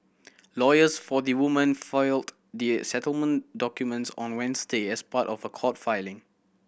lawyers for the women filed the settlement documents on Wednesday as part of a court filing